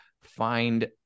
find